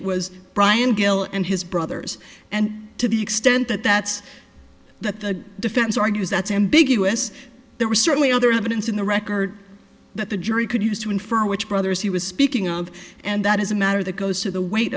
it was brian gill and his brothers and to the extent that that's that the defense argues that's ambiguous there was certainly other evidence in the record that the jury could use to infer which brothers he was speaking of and that is a matter that goes to the weight